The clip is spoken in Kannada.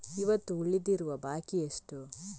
ಇವತ್ತು ಉಳಿದಿರುವ ಬಾಕಿ ಎಷ್ಟು?